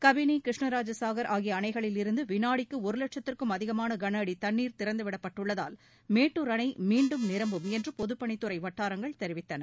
கபினி கிருஷ்ணராஜசாகர் ஆகிய அணைகளிலிருந்து வினாடிக்கு ஒரு லட்சத்திற்கும் அதிகமான களஅடி தன்னீர் திறந்துவிடப்பட்டுள்ளதால் மேட்டூர் அணை மீன்டும் நிரம்பும் என்று பொதுப்பணித் துறை வட்டாரங்கள் தெரிவித்தன